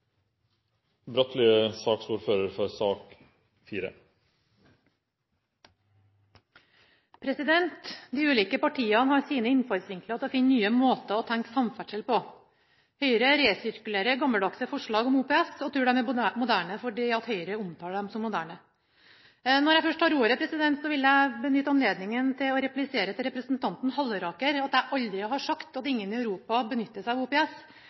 Høyre resirkulerer gammeldagse forslag om OPS og tror de er moderne fordi de omtaler dem som moderne. Når jeg først har ordet, vil jeg benytte anledningen til å replisere til representanten Halleraker at jeg aldri har sagt at ingen i Europa benytter seg av